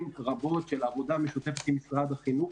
רבות של עבודה משותפת עם משרד החינוך,